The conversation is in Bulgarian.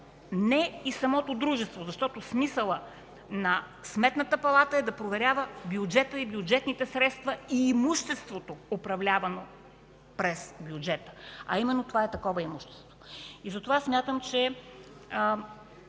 не и самото дружество. Смисълът на Сметната палата е да проверява бюджета, бюджетните средства и имуществото, управлявано през бюджета, а именно това е такова имущество. Затова смятам, че